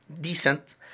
decent